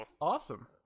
awesome